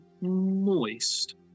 moist